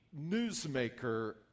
newsmaker